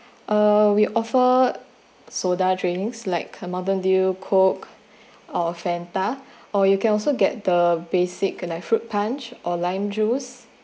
uh we offer soda drinks like the Mountain Dew coke uh Fanta or you can also get the basic like fruit punch or lime juice